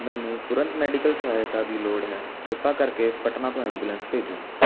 ਮੈਨੂੰ ਤੁਰੰਤ ਮੈਡੀਕਲ ਸਹਾਇਤਾ ਦੀ ਲੋੜ ਹੈ ਕ੍ਰਿਪਾ ਕਰਕੇ ਪਟਨਾ ਤੋਂ ਐਂਬੂਲੈਂਸ ਭੇਜੋ